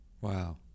Wow